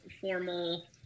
formal